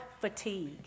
fatigue